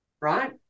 right